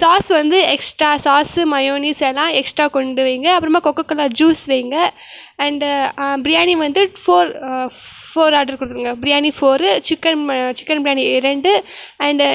sauce வந்து extra sauce mayonnaise எல்லாம் extra கொண்டு வையுங்க அப்புறமா கொக்ககோலா ஜூஸ் வையுங்க அண்டு பிரியாணி வந்து ஃபோர் ஃபோர் ஆடர் கொடுத்துருங்க பிரியாணி ஃபோர்ரு சிக்கன் ம சிக்கன் பிரியாணி ரெண்டு அண்டு